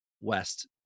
West